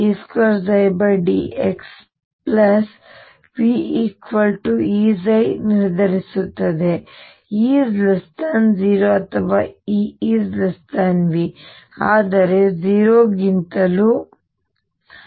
ಆದ್ದರಿಂದ E 0 ಅಥವಾ E V ಆದರೆ 0 ಕ್ಕಿಂತಲೂ ಹೆಚ್ಚು